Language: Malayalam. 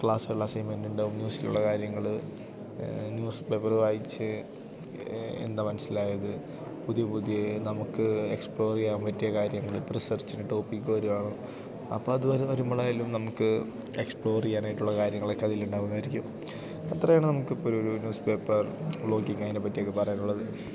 ക്ലാസ്സുകളിൽ അസൈൻമെൻ്റുണ്ടാവും ന്യൂസിലുള്ള കാര്യങ്ങൾ ന്യൂസ്പേപ്പറ് വായിച്ച് എന്താ മനസ്സിലായത് പുതിയ പുതിയ നമുക്ക് എക്സ്പ്ലോർ ചെയ്യാൻ പറ്റിയ കാര്യങ്ങൾ ഇപ്പോൾ റിസർച്ചിൻ്റെ ടോപ്പിക്ക് വരികയാണ് അപ്പോൾ അതുവരെ വരുമ്പോഴായാലും നമുക്ക് എക്സ്പ്ലോർ ചെയ്യാനായിട്ടുള്ള കാര്യങ്ങളൊക്കെ അതിലുണ്ടാകുമായിരിക്കും അത്രയാണ് നമുക്കിപ്പോഴൊരു ന്യൂസ്പേപ്പർ വ്ലോഗിങ്ങ് അതിനെപ്പറ്റിയൊക്കെ പറയാനുള്ളത്